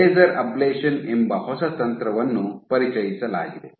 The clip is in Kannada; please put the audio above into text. ಲೇಸರ್ ಅಬ್ಲೇಶನ್ ಎಂಬ ಹೊಸ ತಂತ್ರವನ್ನು ಪರಿಚಯಿಸಲಾಗಿದೆ